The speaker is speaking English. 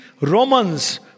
Romans